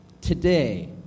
today